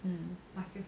um